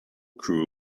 crew